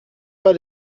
pas